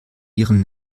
ihren